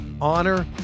honor